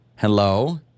Hello